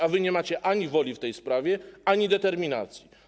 A wy nie macie ani woli w tej sprawie, ani determinacji.